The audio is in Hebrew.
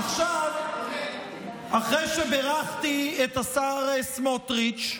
עכשיו, אחרי שבירכתי את השר סמוטריץ',